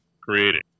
creating